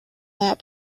that